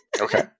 Okay